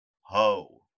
ho